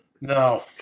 No